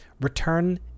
Return